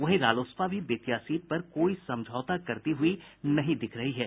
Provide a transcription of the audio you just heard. वहीं रालोसपा भी बेतिया सीट पर कोई समझौता करती हुई नहीं दिख रही है